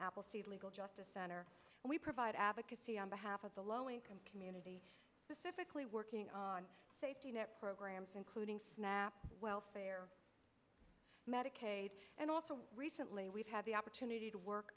appleseed legal justice center and we provide advocacy on behalf of the low income community specifically working on safety net programs including snap welfare medicaid and also recently we've had the opportunity to work